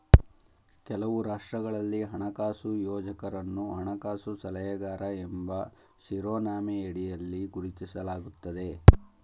ಕೆಲವು ರಾಷ್ಟ್ರಗಳಲ್ಲಿ ಹಣಕಾಸು ಯೋಜಕರನ್ನು ಹಣಕಾಸು ಸಲಹೆಗಾರ ಎಂಬ ಶಿರೋನಾಮೆಯಡಿಯಲ್ಲಿ ಗುರುತಿಸಲಾಗುತ್ತದೆ